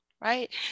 right